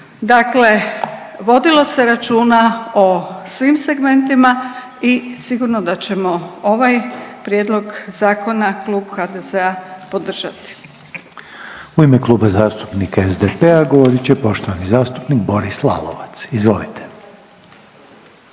Dakle, vodilo se računa o svim segmentima i sigurno da ćemo ovaj Prijedlog zakona Klub HDZ-a podržati. **Reiner, Željko (HDZ)** U ime Kluba zastupnika SDP-a govorit će poštovani zastupnik Boris Lalovac, izvolite.